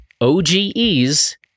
OGE's